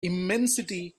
immensity